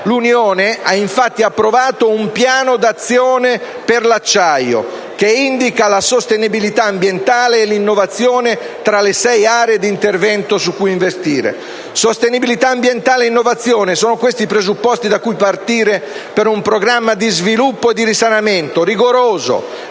europea ha infatti approvato un Piano di azione per l'acciaio, che indica la sostenibilità ambientale e l'innovazione tra le sei aree d'intervento su cui investire. Sostenibilità ambientale e innovazione: sono questi i presupposti da cui partire per un programma di sviluppo e di risanamento rigoroso,